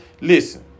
Listen